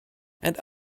and